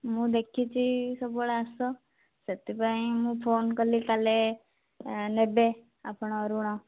ମୁଁ ଦେଖିଛି ସବୁବେଳେ ଆସ ସେଥିପାଇଁ ମୁଁ ଫୋନ କଲି କାଲେ ନେବେ ଆପଣ ଋଣ